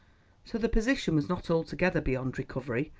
so the position was not altogether beyond recovery.